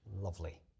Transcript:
Lovely